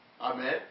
Amen